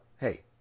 hey